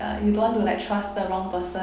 ya you don't want to like trust the wrong person